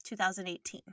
2018